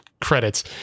credits